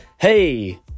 Hey